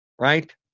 right